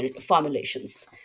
formulations